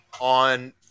on